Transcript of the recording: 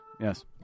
Yes